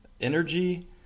energy